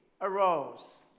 arose